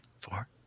four